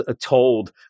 told